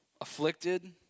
afflicted